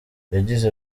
yagize